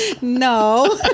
No